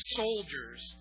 soldiers